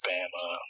Bama